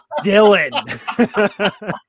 Dylan